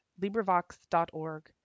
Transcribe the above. LibriVox.org